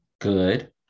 good